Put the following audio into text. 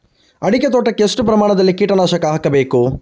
ಅಡಿಕೆ ತೋಟಕ್ಕೆ ಎಷ್ಟು ಪ್ರಮಾಣದಲ್ಲಿ ಕೀಟನಾಶಕ ಹಾಕಬೇಕು?